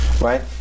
right